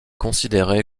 considéré